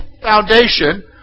foundation